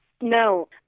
No